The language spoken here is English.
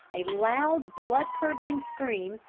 a loud, blood-curdling scream,